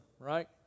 Right